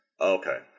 okay